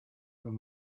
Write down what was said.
been